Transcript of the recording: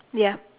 ya